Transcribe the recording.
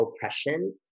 oppression